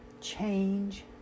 change